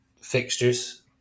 fixtures